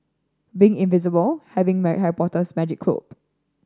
being invisible having Harry Potter's magic cloak